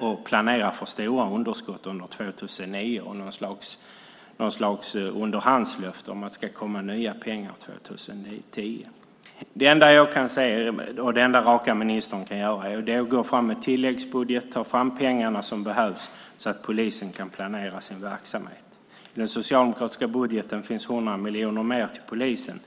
och planera för stora underskott för 2009 med något slags underhandslöfte om att det ska komma nya pengar 2010. Det enda raka ministern kan göra är att gå fram med en tilläggsbudget och ta fram pengarna som behövs så att polisen kan planera sin verksamhet. I den socialdemokratiska budgeten finns 100 miljoner mer till polisen.